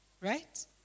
Right